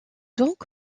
donc